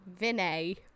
Vinay